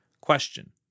Question